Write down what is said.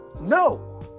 no